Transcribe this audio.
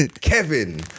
Kevin